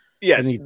Yes